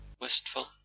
wistful